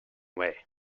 way